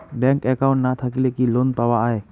Bank account না থাকিলে কি লোন পাওয়া য়ায়?